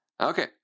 Okay